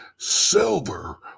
silver